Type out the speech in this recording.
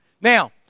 Now